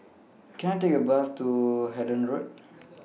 Can I Take A Bus to Hendon Road